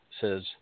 says